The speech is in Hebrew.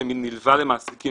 שנלווה למעסיקים,